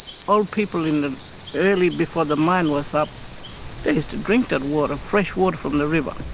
so old people, in the early, before the mine was up, they used to drink that water, fresh water from the river,